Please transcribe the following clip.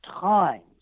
times